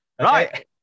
Right